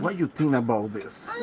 but you think about this?